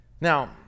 Now